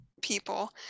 people